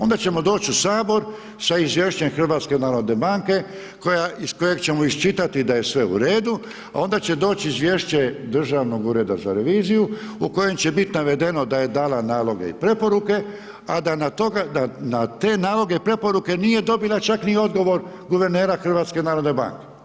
Onda ćemo doći u Sabor sa izvješćem HNB-a iz kojeg ćemo iščitati da je sve u redu a onda će doći izvješće Državnog ureda za reviziju u kojem će biti navedeno da je dala naloge i preporuke a da na te naloge i preporuke nije dobila čak ni odgovor guvernera HNB-a.